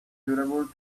suitable